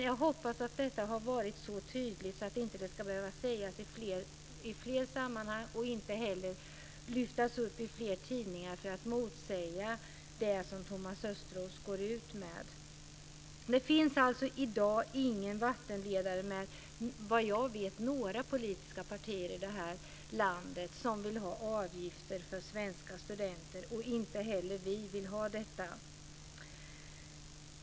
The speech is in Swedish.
Jag hoppas att detta har varit så tydligt att det inte ska behöva sägas i fler sammanhang och inte heller lyftas fram i fler tidningar för att motsäga det som Thomas Östros går ut med. Det finns alltså vad jag vet i dag ingen vattendelare mellan några politiska partier i detta land som vill ha avgifter för svenska studenter. Inte heller vi vill ha det.